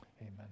Amen